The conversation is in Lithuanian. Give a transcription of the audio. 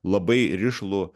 labai rišlų